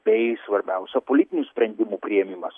bei svarbiausia politinių sprendimų priėmimas